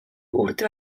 urte